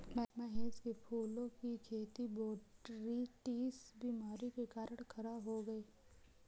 महेश के फूलों की खेती बोटरीटिस बीमारी के कारण खराब हो गई